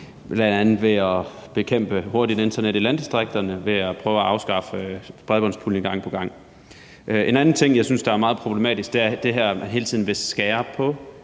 bl.a. ved at bekæmpe hurtigt internet i landdistrikterne og ved gang på gang at prøve at afskaffe bredbåndspuljen. En anden ting, jeg synes er meget problematisk, er, at man hele tiden vil skære ned